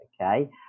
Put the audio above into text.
okay